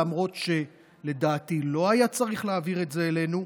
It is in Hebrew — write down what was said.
למרות שלדעתי לא היה צריך להעביר את זה אלינו,